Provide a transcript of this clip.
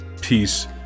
peace